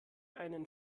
einen